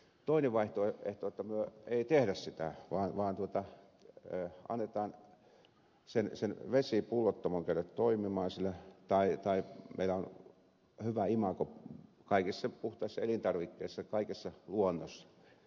toinen vaihtoehto on jotta me emme tee sitä vaan annamme sen vesipullottamon käydä toimimaan siellä ja meillä on hyvä imago kaikissa puhtaissa elintarvikkeissa kaikessa luonnossa